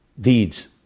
deeds